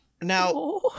Now